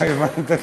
תודה,